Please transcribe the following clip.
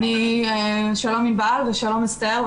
טוב, שלום ענבל ושלום אסתר.